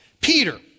Peter